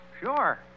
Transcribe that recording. Sure